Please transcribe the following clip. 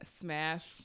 smash